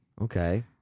Okay